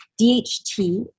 dht